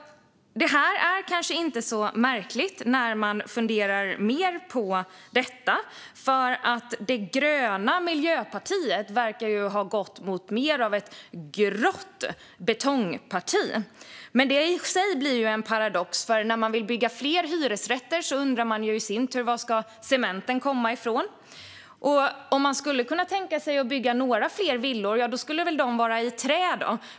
Det här är kanske inte så märkligt om man funderar mer på det. Det gröna Miljöpartiet verkar ju ha gått mot mer av ett grått betongparti. Men det blir ju en paradox i sig, för när Miljöpartiet vill bygga fler hyresrätter undrar man ju var cementen ska komma ifrån. Om de skulle kunna tänka sig att bygga några fler villor, ja, då ska väl de vara i trä.